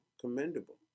commendable